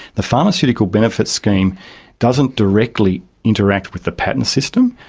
the pharmaceutical benefits scheme doesn't directly interact with the patent system,